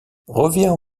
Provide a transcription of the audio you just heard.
revient